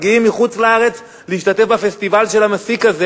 מגיעים מחוץ-לארץ להשתתף בפסטיבל של המסיק הזה